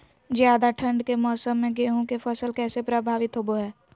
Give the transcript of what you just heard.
ज्यादा ठंड के मौसम में गेहूं के फसल कैसे प्रभावित होबो हय?